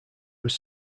was